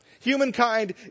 Humankind